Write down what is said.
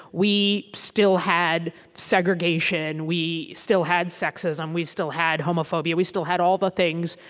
we still had segregation. we still had sexism. we still had homophobia. we still had all the things.